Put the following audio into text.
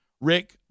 Rick